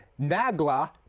Nagla